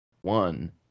one